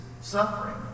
suffering